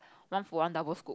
one for one double scoop